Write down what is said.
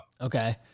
Okay